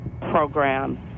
program